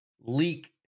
leak